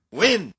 win